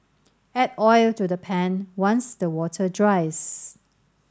add oil to the pan once the water dries